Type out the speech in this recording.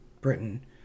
Britain